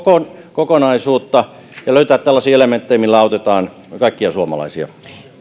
kokonaisuutta ja löytää tällaisia elementtejä millä autetaan kaikkia suomalaisia